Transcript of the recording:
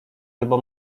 albo